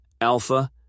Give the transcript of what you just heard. Alpha